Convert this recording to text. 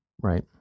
Right